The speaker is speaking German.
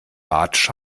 bartsch